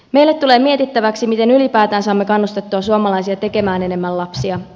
meille tulee mietittäväksi miten ylipäätään saamme kannustettua suomalaisia tekemään enemmän lapsia